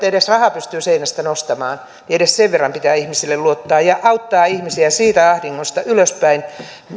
edes rahaa pystyy seinästä nostamaan edes sen verran pitää ihmisiin luottaa ja auttaa ihmisiä ylöspäin siitä ahdingosta